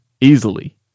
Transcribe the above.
Easily